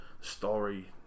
story